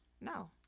No